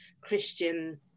Christian